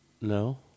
No